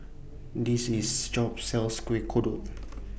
This IS sells Kuih Kodok